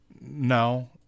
no